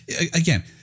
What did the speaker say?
again